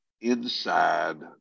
inside